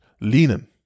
leaning